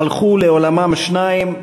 הלכו לעולמם שניים,